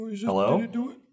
Hello